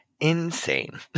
insane